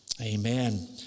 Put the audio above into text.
Amen